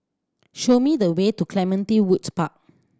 show me the way to Clementi Woods Park